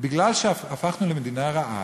בגלל שהפכנו למדינה רעה,